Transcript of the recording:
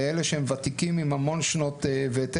לאלה שהם ותיקים עם המון שנות ותיק.